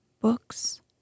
books